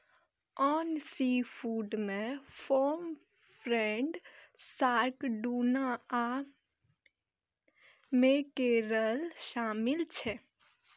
आन सीफूड मे pomfret, shark, tuna आ मैकेरल शामिल छै